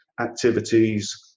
activities